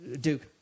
Duke